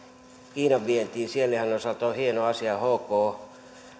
kiinan vientiin sianlihan osalta on hieno asia myös hk